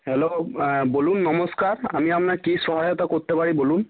hello বলুন নমস্কার আমি আপনার কি সহায়তা করতে পারি বলুন